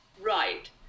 right